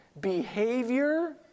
behavior